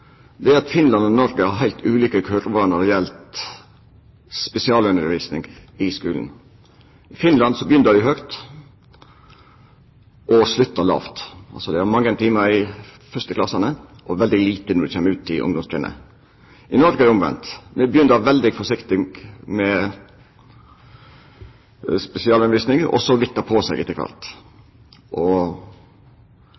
det er at Finland og Noreg har heilt ulike kurver når det gjeld spesialundervisning i skulen. I Finland byrjar dei høgt og sluttar lågt. Dei har altså mange timar i dei første klassane og veldig lite når dei kjem ut i ungdomstrinnet. I Noreg er det omvendt. Me byrjar veldig forsiktig med spesialundervisning, og så aukar det på etter kvart.